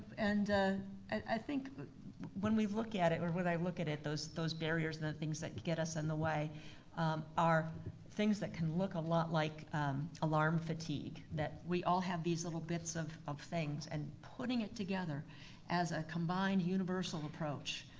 and i think when we look at it, or when i look at it, those those barriers and the things that get us in the way are things that can look a lot like alarm fatigue. that we all have these little bits of of things, and putting it together as a combined, universal approach,